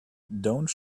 don’t